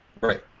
Right